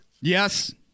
yes